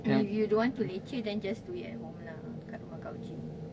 I mean if you don't want to leceh then just do it at home lah kat rumah kak ogi